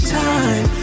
time